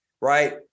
Right